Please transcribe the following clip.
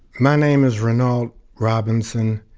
my name is renault robinson,